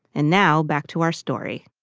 and now back to our story